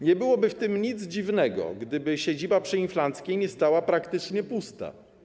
Nie byłoby w tym nic dziwnego, gdyby siedziba przy ul. Inflanckiej nie stała praktycznie pusta.